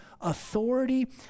authority